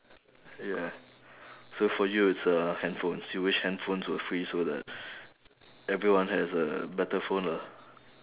ya so for you it's uh handphones you wish handphones were free so that everyone has a better phone lah